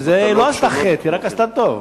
בזה היא לא עשתה חטא, היא עשתה רק טוב.